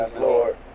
Lord